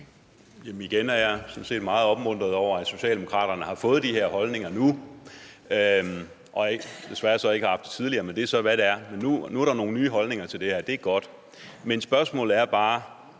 sådan set meget opmuntret over, at Socialdemokratiet har fået de her holdninger nu, som de så desværre ikke har haft tidligere, men det er så, hvad det er. Men nu er der nogle nye holdninger til det her, og det er godt. Men spørgsmålet er bare: